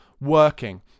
working